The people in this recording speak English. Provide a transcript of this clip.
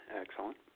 Excellent